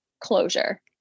closure